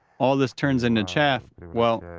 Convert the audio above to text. all this turns into chaff, well.